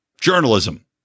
journalism